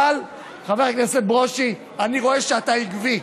חבר הכנסת ברושי, אני רואה שאתה עקבי.